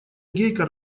гейка